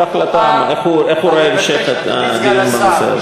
החלטה איך הוא רואה את המשך הדיון בנושא הזה.